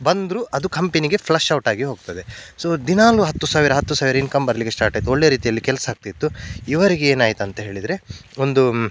ಬಂದ್ರೂ ಅದು ಕಂಪೆನಿಗೆ ಫ್ಲಶ್ಔಟಾಗಿ ಹೋಗ್ತದೆ ಸೊ ದಿನಾಲು ಹತ್ತು ಸಾವಿರ ಹತ್ತು ಸಾವಿರ ಇನ್ಕಮ್ ಬರಲಿಕ್ಕೆ ಸ್ಟಾರ್ಟಾಯಿತು ಒಳ್ಳೆಯ ರೀತಿಯಲ್ಲಿ ಕೆಲಸ ಆಗ್ತಿತ್ತು ಇವರಿಗೆ ಏನಾಯಿತಂತ ಹೇಳಿದರೆ ಒಂದು